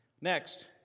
Next